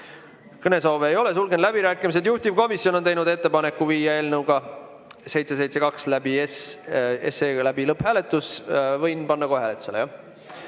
Kõnesoove ei ole, sulgen läbirääkimised. Juhtivkomisjon on teinud ettepaneku viia läbi eelnõu 772 lõpphääletus. Võin panna kohe hääletusele,